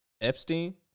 epstein